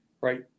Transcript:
Right